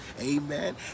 Amen